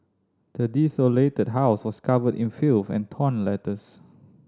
the desolated house was covered in filth and torn letters